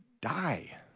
die